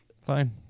Fine